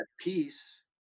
peace